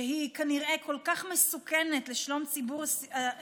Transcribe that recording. שהיא כנראה כל כך מסוכנת לשלום הציבור